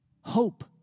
Hope